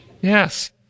Yes